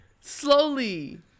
slowly